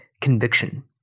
conviction